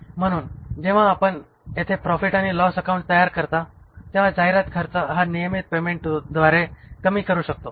म्हणून जेव्हा आपण येथे प्रॉफिट आणि लॉस अकाउंट तयार करता तेव्हा जाहिरात खर्च हा नियमित पेमेंट द्वारे कमी करू शकतो